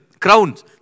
crowns